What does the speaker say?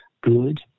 Good